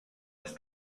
ist